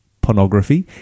pornography